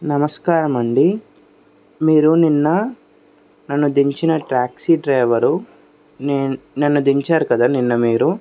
నమస్కారమండీ మీరు నిన్న నన్ను దించిన ట్యాక్సీ డ్రైవరు నేను నన్న దించారు కదా నిన్న మీరు